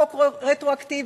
חוק רטרואקטיבי,